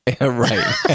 Right